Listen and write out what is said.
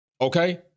Okay